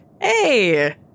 Hey